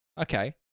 Okay